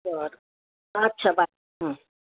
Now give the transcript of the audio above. बर अच्छा बाय हां